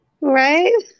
right